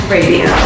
Radio